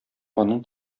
аның